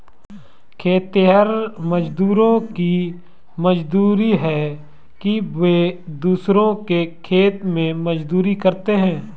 खेतिहर मजदूरों की मजबूरी है कि वे दूसरों के खेत में मजदूरी करते हैं